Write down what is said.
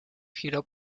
giró